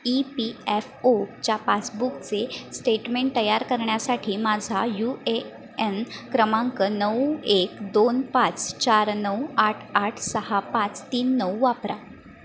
E P F ओच्या पासबुकचे statement तयार करण्यासाठी माझा यू ए एन क्रमांक नऊ एक दोन पाच चार नऊ आठ आठ सहा पाच तीन नऊ वापरा